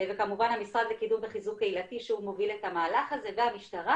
וכמובן המשרד לקידום וחיזוק קהילתי שהוא מוביל את המהלך הזה והמשטרה,